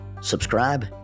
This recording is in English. subscribe